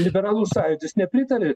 liberalų sąjūdis nepritarė